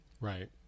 Right